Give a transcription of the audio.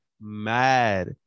mad